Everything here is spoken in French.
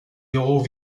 héros